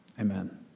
Amen